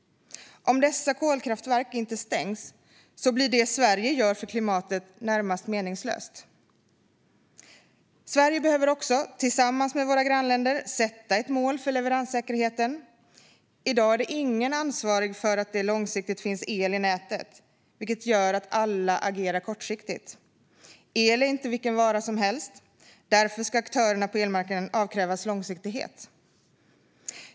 Om dessa kolkraftverk inte stängs blir det Sverige gör för klimatet närmast meningslöst. Sverige behöver också, tillsammans med våra grannländer, sätta ett mål för leveranssäkerheten. I dag är ingen ansvarig för att det långsiktigt finns el i nätet, vilket gör att alla agerar kortsiktigt. El är inte vilken vara som helst; därför ska aktörerna på elmarknaden avkrävas långsiktighet.